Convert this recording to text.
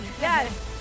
Yes